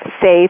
safe